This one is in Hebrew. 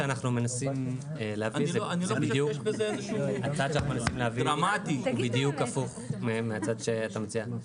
זה בדיוק הפוך מהצד שאתה מציין.